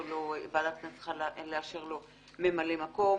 ועדת הכנסת צריכה לאשר לו ממלא מקום.